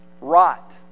rot